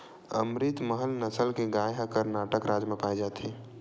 अमरितमहल नसल के गाय ह करनाटक राज म पाए जाथे